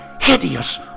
hideous